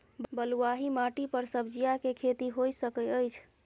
बलुआही माटी पर सब्जियां के खेती होय सकै अछि?